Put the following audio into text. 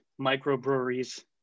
microbreweries